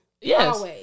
Yes